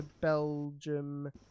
Belgium